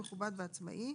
מכובד ועצמאי,